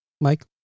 Mike